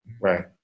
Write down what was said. Right